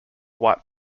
white